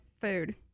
food